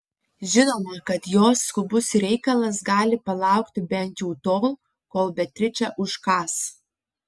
žinoma kad jos skubus reikalas gali palaukti bent jau tol kol beatričė užkąs